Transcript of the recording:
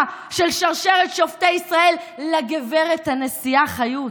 של שרשרת שופטי ישראל לגברת הנשיאה חיות.